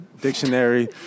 dictionary